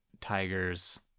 tigers